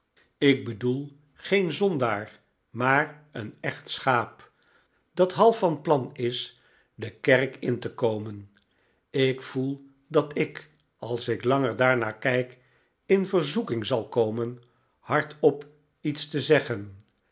ik bedoel geen zondaar maar een echt schaap dat half van plan is de kerk in te komen ik voel dat ik als ik langer daar naar kijk in verzoeking zal komen hardop iets te zeggen